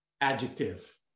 adjective